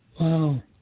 Wow